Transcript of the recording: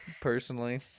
Personally